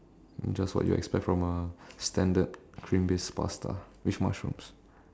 just what you expect from a standard cream based pasta with mushrooms